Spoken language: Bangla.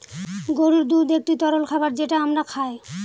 গরুর দুধ একটি তরল খাবার যেটা আমরা খায়